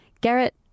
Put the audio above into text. Garrett